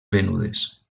venudes